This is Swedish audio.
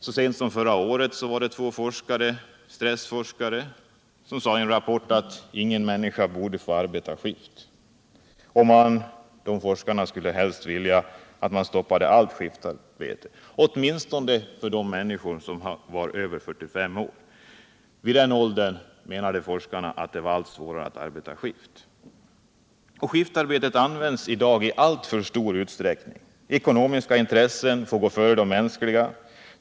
Så sent som för två år sedan sade två stressforskare i en rapport att ingen människa borde få arbeta i skift. Dessa forskare skulle helst vilja att man stoppade allt skiftarbete, åtminstone för de människor som är över 45 år, i vilken ålder det enligt forskarnas uppfattning blir allt svårare att arbeta i skift. Skiftarbetet används i dag i allför stor utsträckning. Ekonomiska intressen får gå före de mänskliga.